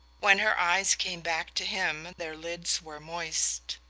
when her eyes came back to him their lids were moist.